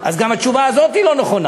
אז גם התשובה הזאת היא לא נכונה,